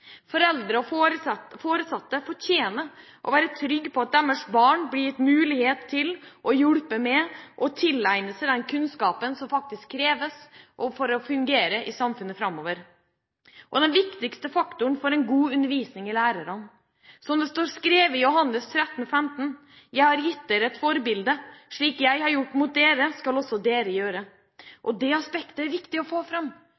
Foreldre og foresatte fortjener å være trygge på at deres barn blir gitt mulighet til og hjulpet med å tilegne seg den kunnskapen som faktisk kreves for å fungere i samfunnet framover. Den viktigste faktoren for en god undervisning er lærerne. Som det står skrevet i Johannes 13,15: «For jeg har gitt dere et forbilde, for at dere også skal gjøre slik som jeg har gjort for dere.» Dette aspektet er viktig å få fram,